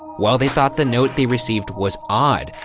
while they thought the note they received was odd,